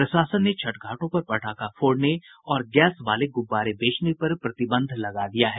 प्रशासन ने छठ घाटों पर पटाखा फोड़ने और गैस वाले गुब्बारे बेचने पर प्रतिबंध लगा दिया है